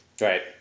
Right